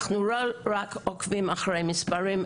אנחנו לא רק עוקבים אחרי מספרים,